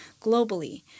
globally